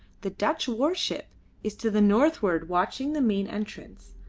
the dutch warship is to the northward watching the main entrance.